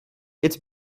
its